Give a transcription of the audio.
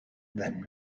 then